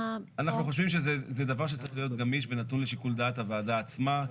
אנחנו חושבים שזה דבר שצריך להיות גמיש ונתון לשיקול דעת הוועדה עצמה.